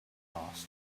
asked